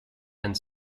and